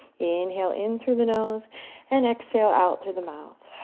inhale in through the nose and exhale out through the mouth.